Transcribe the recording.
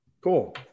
Cool